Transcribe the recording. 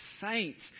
saints